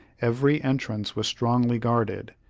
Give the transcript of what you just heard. every entrance was strongly guarded,